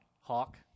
Hawk